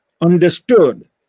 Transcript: understood